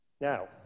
Now